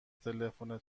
تلفن